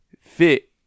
fit